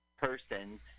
person